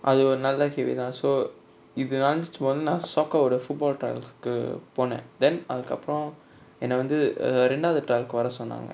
அது ஒரு நல்ல கேள்விதா:athu oru nalla kelvitha so இது நடந்துசுபானு நா:ithu nadanthuchupanu na shock ஆவுர:aavura football trials கு போன:ku pona then அதுகப்ரோ என்ன வந்து:athukapro enna vanthu err ரெண்டாவது:rendavathu trial கு வர சொன்னாங்க:ku vara sonnanga